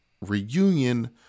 reunion